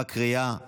בקריאה השנייה,